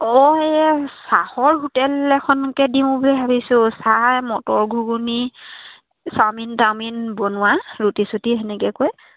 অঁ এয়ে চাহৰ হোটেল এখনকে দিওঁ বুলি ভাবিছোঁ চাহ মটৰ ঘুগুনি চাওমিন টাওমিন বনোৱা ৰুটি চুটি সেনেকে কৈ